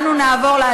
גברת היושבת-ראש,